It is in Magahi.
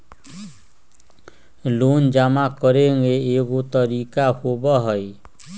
लोन जमा करेंगे एगो तारीक होबहई?